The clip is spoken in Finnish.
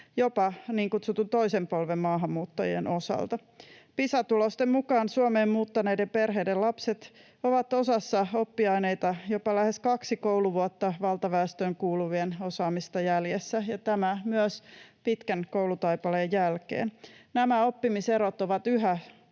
jopa niin kutsutun toisen polven maahanmuuttajien osalta. Pisa-tulosten mukaan Suomeen muuttaneiden perheiden lapset ovat osassa oppiaineita jopa lähes kaksi kouluvuotta valtaväestöön kuuluvien osaamista jäljessä — näin myös pitkän koulutaipaleen jälkeen. Nämä oppimiserot ovat yhä